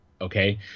Okay